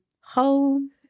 home